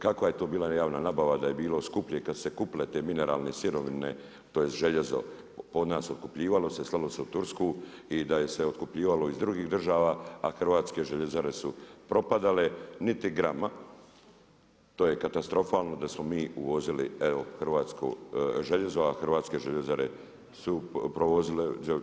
Kakva je to bila javna nabava da je bilo skuplje kad su se kupile te mineralne sirovine, tj. željezo od nas otkupljivalo se, slalo se u Tursku i da je se otkupljivalo iz drugih država, a hrvatske željezare su propadale, niti grama, to je katastrofalno, da smo mi uvozili hrvatsko željezo, a hrvatske željezare su provozile.